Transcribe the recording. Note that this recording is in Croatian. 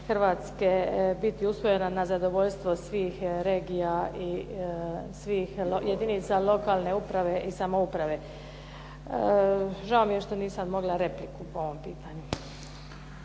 Hrvatske biti usvojena na zadovoljstvo svih regija i svih jedinica lokalne uprave i samouprave. Žao mi je što nisam mogla repliku po ovom pitanju.